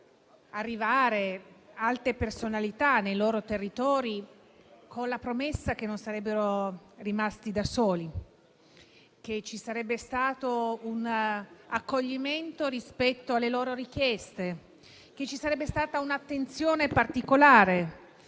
arrivare alte personalità nei loro territori, con la promessa che non sarebbero rimasti da soli, che ci sarebbe stato un accoglimento rispetto alle loro richieste, che ci sarebbe stata un'attenzione particolare,